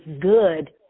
good